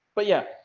but yeah,